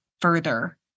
further